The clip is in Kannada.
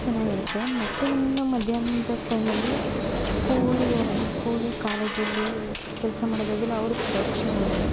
ಚೆನ್ನಾಗಿರುತ್ತೆ ಮತ್ತು ಇನ್ನು ಮಧ್ಯಾಹ್ನದ ಟೈಮಲ್ಲಿ ಸ್ಕೂಲಿಗೋಗು ಸ್ಕೂಲು ಕಾಲೇಜಲ್ಲಿ ಇಲ್ಲಿ ಕೆಲಸ ಮಾಡೋ ಜಾಗ್ದಲ್ಲಿ ಅವ್ರ ಪ್ರೊಟೆಕ್ಷನಲ್ಲಿ